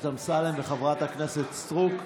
סטרוק.